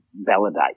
validate